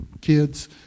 kids